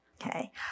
Okay